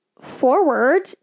forward